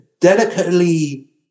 delicately